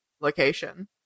location